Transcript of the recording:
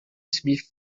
smith